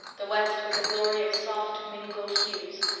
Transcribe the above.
the west was a glory of soft mingled hues,